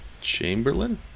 Chamberlain